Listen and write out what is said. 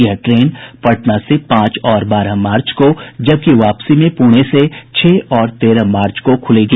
यह ट्रेन पटना से पांच और बारह मार्च को जबकि वापसी में पुणे से छह और तेरह मार्च को खुलेगी